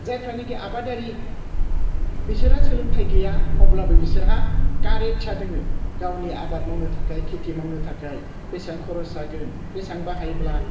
जायफ्रानोखि आबादारि बिसोरो सोलोंथाइ गैया अब्लाबो बिसोरहा कारेजआ दङो गावनि आबाद मावनो थाखाय खेथि मावनो थाखाय बेसेबां खरस जागोन बेसेबां बाहायब्ला